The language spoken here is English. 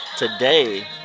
Today